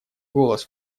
голос